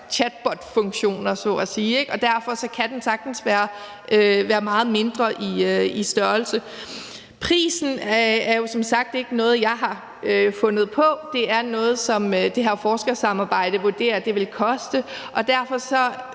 ChatSpot-funktioner så at sige, og derfor kan den sagtens have en meget mindre størrelse. Prisen er jo som sagt ikke noget, jeg har fundet på. Det er noget, som det her forskersamarbejde vurderer at det vil koste. Så hvis